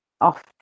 off